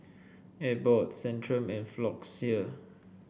Abbott Centrum and Floxia